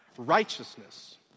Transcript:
Righteousness